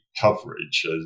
coverage